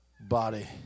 Body